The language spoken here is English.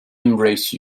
embrace